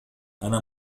أنا